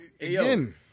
Again